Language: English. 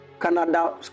Canada